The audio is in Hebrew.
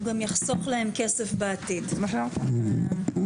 הוא גם יחסוך להם כסף בעתיד, כן.